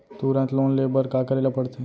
तुरंत लोन ले बर का करे ला पढ़थे?